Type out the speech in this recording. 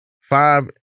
five